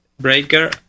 breaker